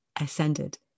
ascended